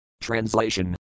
Translation